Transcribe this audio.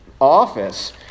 office